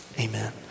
amen